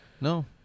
no